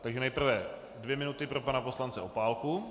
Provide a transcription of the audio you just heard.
Takže nejprve dvě minuty pro pana poslance Opálku.